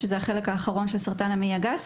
שזה החלק האחרון של סרטן המעי הגס,